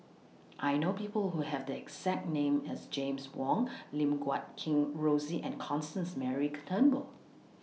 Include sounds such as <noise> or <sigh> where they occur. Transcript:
I know People Who Have The exact name as James Wong Lim Guat Kheng Rosie and Constance Mary <unintelligible> Turnbull